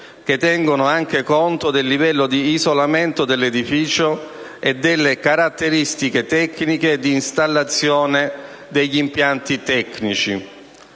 che tengono anche conto del livello di isolamento dell'edificio e delle caratteristiche tecniche e di installazione degli impianti tecnici.